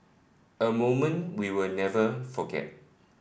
a moment we'll never forget